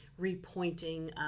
repointing